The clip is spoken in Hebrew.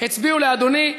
הצביעו לאדוני,